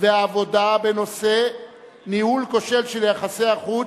והעבודה בנושא "ניהול כושל של יחסי החוץ,